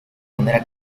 manera